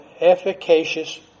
efficacious